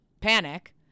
panic